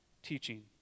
teaching